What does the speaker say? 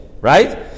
right